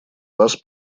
вас